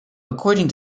according